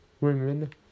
women